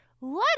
let